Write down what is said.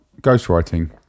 ghostwriting